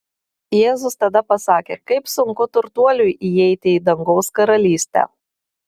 jėzus tada pasakė kaip sunku turtuoliui įeiti į dangaus karalystę